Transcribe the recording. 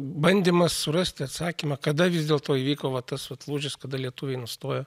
bandymas surasti atsakymą kada vis dėlto įvyko va tas lūžis kada lietuviai nustojo